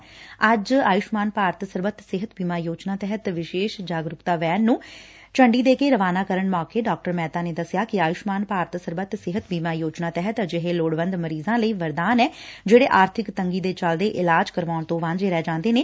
ੱਅੱਜ ਆਯੁਸ਼ਮਾਨ ਭਾਰਤ ਸਰਬੱਤ ਸਿੱਹਤ ਬੀਮਾ ਯੋਜਨਾ ਤਹਿਤ ਵਿਸ਼ੇਸ ਜਾਗਰਕਤਾ ਵੈਨ ਨੂੰ ਹਰੀ ਝੰਡੀ ਦੇ ਕੇ ਰਵਾਨਾ ਕਰਨ ਮੌਕੇ ਡਾ ਮਹਿਤਾ ਨੇ ਦੱਸਿਆ ਕਿ ਆਯੁਸ਼ਮਾਨ ਭਾਰਤ ਸਰਬੱਤ ਸਿਹਤ ਬੀਮਾ ਯੋਜੱਨਾ ਤਹਿਤ ਅਜਿਹੇ ਲੋੜਵੰਦ ਮਰੀਜ਼ਾਂ ਲਈ ਵਰਦਾਨ ਏ ਜਿਹੜੇ ਆਰਥਿਕ ਤੰਗੀ ਤੇ ਚੱਲਦੇ ਇਲਾਜ ਕਰਵਾਉਣ ਤੋ ਵਾਝੇ ਰਹਿ ਜਾਂਦੇ ਨੇ